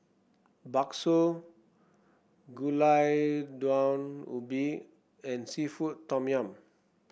bakso Gulai Daun Ubi and seafood Tom Yum